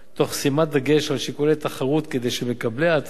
תוך שימת דגש על שיקולי תחרות, כדי שמקבלי ההטבה